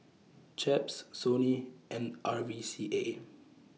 Chaps Sony and R V C A